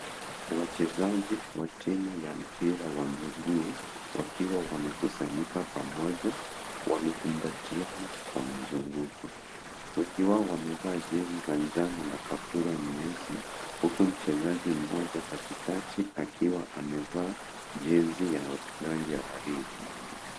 Wachezaji wa timu ya mpira wa miguu, wakiwa wamekusanyika pamoja, wamekumbatiana kwa mzunguko. Wengi wao wamevaa jezi za njano na kaptura nyeusi, huku mchezaji mmoja katikati akiwa amevaa jezi ya rangi ya waridi.